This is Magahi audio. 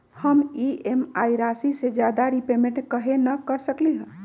हम ई.एम.आई राशि से ज्यादा रीपेमेंट कहे न कर सकलि ह?